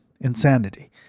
insanity